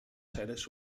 seres